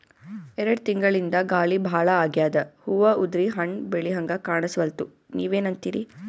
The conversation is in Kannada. ಎರೆಡ್ ತಿಂಗಳಿಂದ ಗಾಳಿ ಭಾಳ ಆಗ್ಯಾದ, ಹೂವ ಉದ್ರಿ ಹಣ್ಣ ಬೆಳಿಹಂಗ ಕಾಣಸ್ವಲ್ತು, ನೀವೆನಂತಿರಿ?